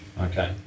Okay